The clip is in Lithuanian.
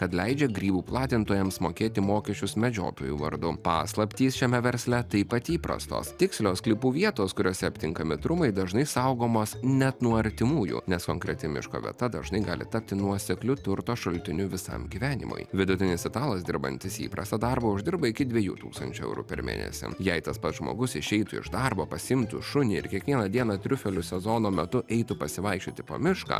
kad leidžia grybų platintojams mokėti mokesčius medžiotojų vardu paslaptys šiame versle taip pat įprastos tikslios sklypų vietos kuriose aptinkami trumai dažnai saugomos net nuo artimųjų nes konkreti miško vieta dažnai gali tapti nuosekliu turto šaltiniu visam gyvenimui vidutinis italas dirbantis įprastą darbą uždirba iki dviejų tūkstančių eurų per mėnesį jei tas pats žmogus išeitų iš darbo pasiimtų šunį ir kiekvieną dieną triufelių sezono metu eitų pasivaikščioti po mišką